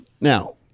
Now-